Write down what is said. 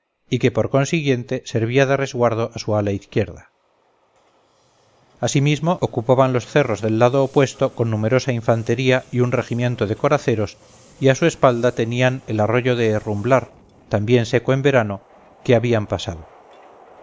y que por consiguiente servía de resguardo a su ala izquierda asimismo ocupaban los cerros del lado opuesto con numerosa infantería y un regimiento de coraceros y a su espalda tenían el arroyo de herrumblar también seco en verano que habían pasado